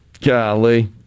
golly